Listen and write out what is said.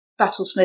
Battlesmith